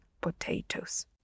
potatoes